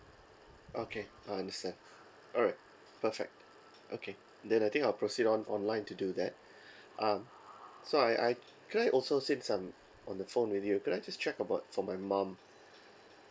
okay I understand alright perfect okay then I think I'll proceed on online to do that um so I I can I also say some on the phone with you could I just check about for my mom